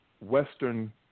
western